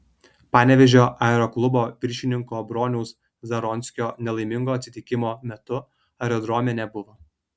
panevėžio aeroklubo viršininko broniaus zaronskio nelaimingo atsitikimo metu aerodrome nebuvo